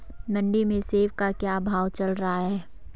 मंडी में सेब का क्या भाव चल रहा है?